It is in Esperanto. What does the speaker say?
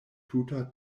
tuta